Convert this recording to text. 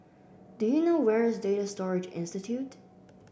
do you know where is Data Storage Institute